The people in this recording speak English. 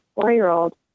four-year-old